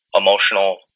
emotional